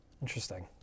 Interesting